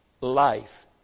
life